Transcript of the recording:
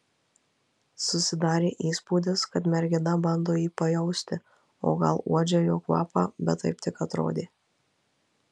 susidarė įspūdis kad mergina bando jį pajausti o gal uodžia jo kvapą bet taip tik atrodė